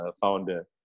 founder